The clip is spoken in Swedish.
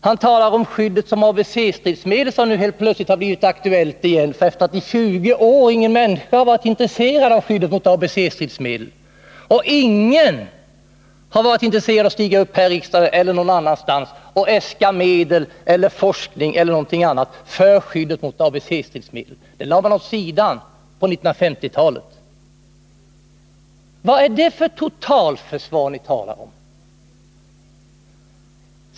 Han talar om skyddet mot ABC-stridsmedel, vilket återigen helt plötsligt har blivit aktuellt. I 20 år har nämligen inte en enda människa varit intresserad av frågan om skyddet mot ABC-stridsmedel. Ingen har visat sig intresserad av att stiga fram här i riksdagen eller någon annanstans och äska medel eller forskningsresurser eller någonting annat när det gäller detta skydd. Sådant lade man åt sidan på 1950-talet. Vad är det för totalförsvar ni talar om?